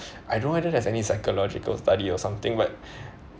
I don't know whether there's any psychological study or something but